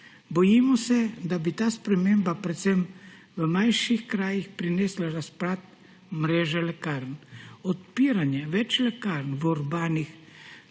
Bojimo se, da bi ta sprememba predvsem v manjših krajih prinesla razpad mreže lekarn. Odpiranje več lekarn v urbanih